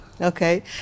Okay